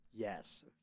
yes